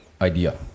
idea